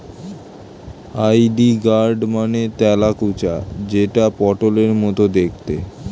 ivy gourd মানে তেলাকুচা যেটা পটলের মতো দেখতে